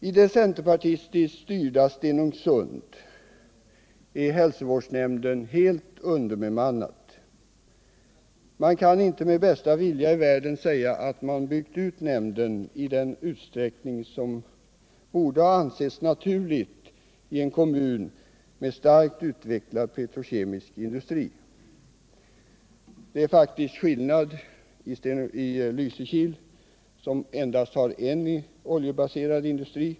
I det centerpartistiskt styrda Stenungsund är hälsovårdsnämnden helt underbemannad. Man kan inte med bästa vilja i världen säga att man byggt ut nämnden i den utsträckning som borde ha ansetts naturlig i en kommun med starkt utvecklad petrokemisk industri. Det är faktiskt skillnad i Lysekil, som endast har en oljebaserad industri.